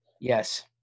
yes